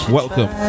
welcome